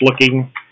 looking